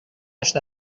هشت